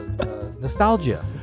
nostalgia